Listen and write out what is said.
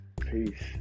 peace